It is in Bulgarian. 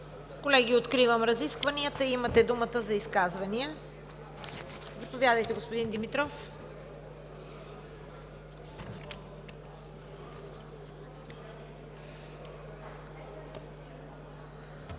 Колеги, откривам разискванията. Имате думата за изказвания. Заповядайте, господин Димитров.